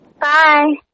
Bye